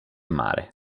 mare